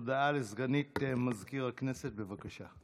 הודעה לסגנית מזכיר הכנסת, בבקשה.